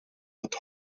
het